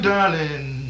Darling